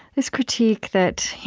this critique that